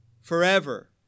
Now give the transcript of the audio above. forever